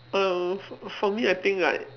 err f~ for me I think like